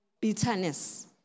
bitterness